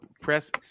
press